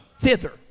thither